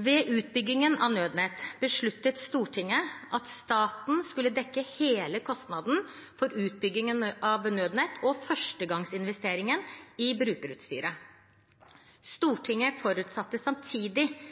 Ved utbyggingen av nødnett besluttet Stortinget at staten skulle dekke hele kostnaden for utbyggingen av nødnett og førstegangsinvesteringen i brukerutstyret. Stortinget forutsatte samtidig at brukerne skulle dekke etterfølgende reinvesteringer, drift og forvaltning. Det